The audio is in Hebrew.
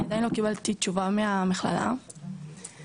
אני עדיין לא קיבלתי תשובה מהמכללה ואני